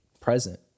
present